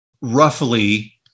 roughly